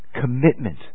commitment